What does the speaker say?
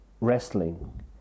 wrestling